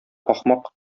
ахмак